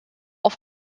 auf